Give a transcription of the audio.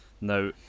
Now